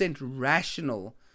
rational